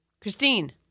Christine